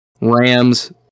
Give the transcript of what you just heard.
Rams